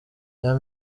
rya